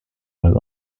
while